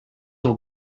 will